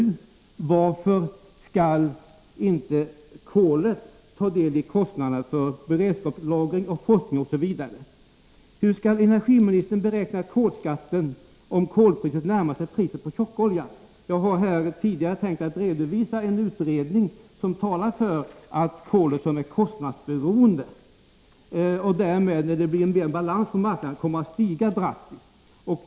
Om utnyttjandet av Varför skall inte kolet ta del i kostnaderna för beredskapslagring, inhemsk skogsforskning osv.? energi Jag hade tidigare tänkt att här redovisa en utredning som konstaterar att kolpriset är kostnadsberoende och att priset därför kommer att stiga drastiskt när det blir bättre balans på marknaden.